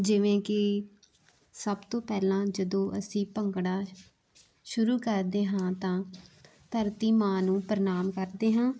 ਜਿਵੇਂ ਕਿ ਸਭ ਤੋਂ ਪਹਿਲਾਂ ਜਦੋਂ ਅਸੀਂ ਭੰਗੜਾ ਸ਼ੁਰੂ ਕਰਦੇ ਹਾਂ ਤਾਂ ਧਰਤੀ ਮਾਂ ਨੂੰ ਪ੍ਰਣਾਮ ਕਰਦੇ ਹਾਂ